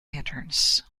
patterns